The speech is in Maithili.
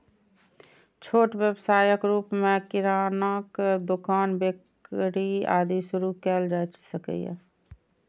छोट व्यवसायक रूप मे किरानाक दोकान, बेकरी, आदि शुरू कैल जा सकैए